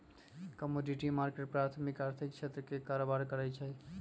commodity market प्राथमिक आर्थिक क्षेत्र में कारबार करै छइ